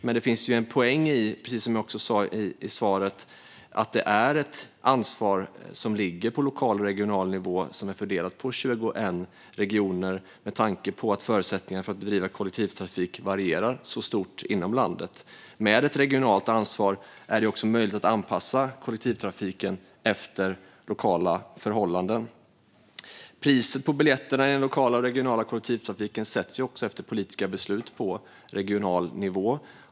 Men det finns en poäng i, precis som jag sa i svaret, att det är ett ansvar som ligger på lokal och regional nivå och som är fördelat på 21 regioner med tanke på att förutsättningarna för att bedriva kollektivtrafik varierar så mycket inom landet. Med ett regionalt ansvar är det också möjligt att anpassa kollektivtrafiken efter lokala förhållanden. Priset på biljetterna i den lokala och regionala kollektivtrafiken sätts efter politiska beslut på regional nivå.